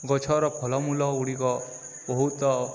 ଗଛର ଫଳମୂଳ ଗୁଡ଼ିକ ବହୁତ